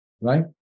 Right